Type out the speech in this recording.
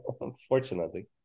unfortunately